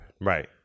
Right